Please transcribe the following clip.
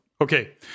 Okay